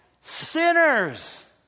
sinners